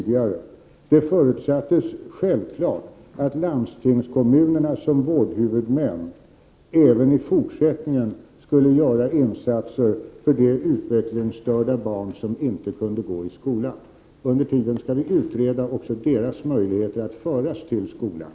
Det förutsattes självfallet att landstingskommunerna som vårdhuvudmän även i fortsättningen skulle göra insatser för de utvecklingsstörda barn som inte kunde gå i skola. Under tiden skall vi utreda också deras möjligheter att föras till skolan.